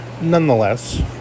Nonetheless